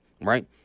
right